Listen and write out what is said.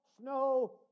snow